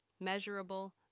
measurable